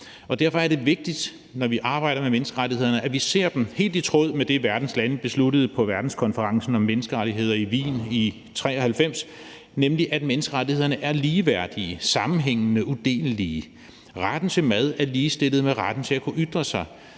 Derfor er det vigtigt, når vi arbejder med menneskerettighederne, at vi ser dem helt i tråd med det, verdens lande besluttede på verdenskonferencen om menneskerettigheder i Wien i 1993, nemlig at menneskerettighederne er ligeværdige, sammenhængende, udelelige. Retten til mad er ligestillet med retten til at kunne ytre sig,